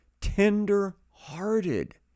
Tender-hearted